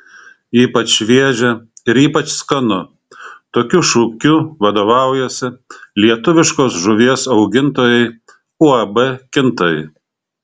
ypač šviežia ir ypač skanu tokiu šūkiu vadovaujasi lietuviškos žuvies augintojai uab kintai